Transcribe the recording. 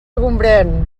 gombrèn